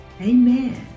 Amen